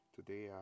Today